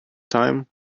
time